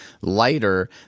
lighter